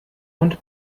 und